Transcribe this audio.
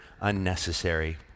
unnecessary